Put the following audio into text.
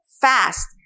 fast